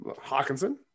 Hawkinson